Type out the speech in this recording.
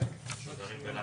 היום יום שני,